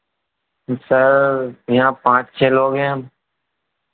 sir यहाँ पाँच छः लोग हैं हम